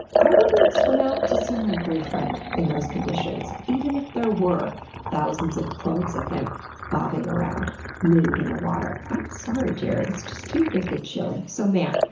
i wouldn't swim out to see my boyfriend in those conditions. even if there were thousands of clones of him bobbing around nude in the water. i'm sorry, jarrett, it's just too wicked chilly. so man,